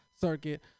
circuit